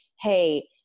Hey